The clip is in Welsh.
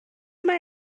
mae